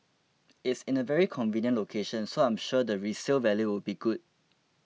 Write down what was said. it's in a very convenient location so I'm sure the resale value will be good